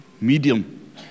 medium